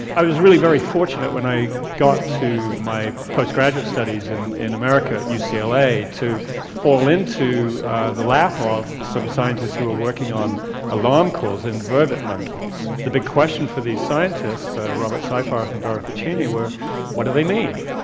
i was really very fortunate when i got to my postgraduate studies in in america at so ucla to fall into the lap of some scientists who were working on alarm calls in vervet monkeys. the big question for these scientists robert seyfarth and dorothy cheney were what do they mean?